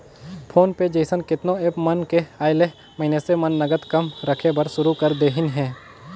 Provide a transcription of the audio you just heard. phone पे जइसन केतनो app मन के आयले मइनसे मन नगद कम रखे बर सुरू कर देहिन हे